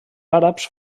àrabs